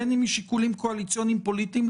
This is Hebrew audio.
בין אם משיקולים קואליציוניים פוליטיים,